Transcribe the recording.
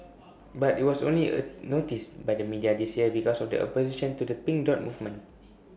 but IT was only A noticed by the media this year because of the opposition to the pink dot movement